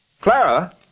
Clara